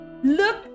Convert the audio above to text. Look